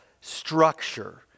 structure